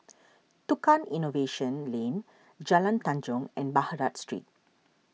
Tukang Innovation Lane Jalan Tanjong and Baghdad Street